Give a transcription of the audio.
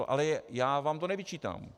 Ale já vám to nevyčítám.